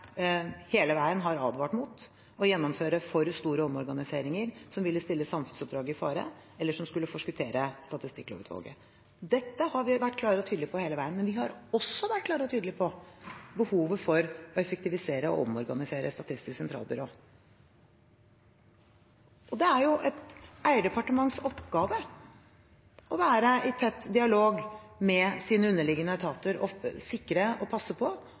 hele veien har advart mot å gjennomføre for store omorganiseringer, som ville stille samfunnsoppdraget i fare eller som skulle forskuttere Statistikklovutvalget. Dette har vi vært klare og tydelige på hele veien. Men vi har også vært klare og tydelige på behovet for å effektivisere og omorganisere Statistisk sentralbyrå. Det er et eierdepartements oppgave å være i tett dialog med sine underliggende etater, ofte å sikre og passe på